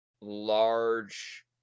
large